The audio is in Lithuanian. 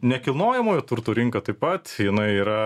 nekilnojamojo turto rinka taip pat jinai yra